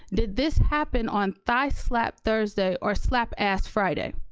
did this happen on thigh-slap thursday or slap-ass friday?